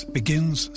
begins